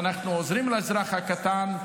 אנחנו עוזרים לאזרח הקטן.